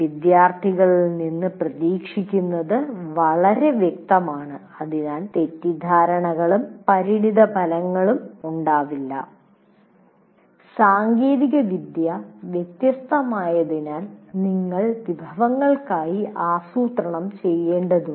വിദ്യാർത്ഥികളിൽ നിന്ന് പ്രതീക്ഷിക്കുന്നത് വളരെ വ്യക്തമാണ് അതിനാൽ തെറ്റിദ്ധാരണകളും പരിണതഫലങ്ങളും ഉണ്ടാകില്ല സാങ്കേതികവിദ്യ വ്യത്യസ്തമായതിനാൽ നിങ്ങൾ വിഭവങ്ങൾക്കായി ആസൂത്രണം ചെയ്യേണ്ടതുണ്ട്